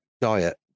diet